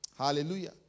Hallelujah